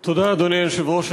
תודה, אדוני היושב-ראש.